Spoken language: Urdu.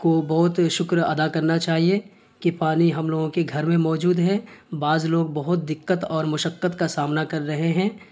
کو بہت شکر ادا کرنا چاہیے کہ پانی ہم لوگوں کے گھر میں موجود ہے بعض لوگ بہت دقت اور مشقت کا سامنا کر رہے ہیں